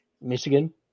Michigan